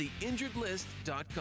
theinjuredlist.com